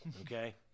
Okay